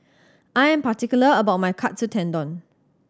I'm particular about my Katsu Tendon